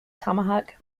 tomahawk